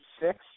six